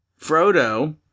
Frodo